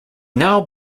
now